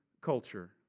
culture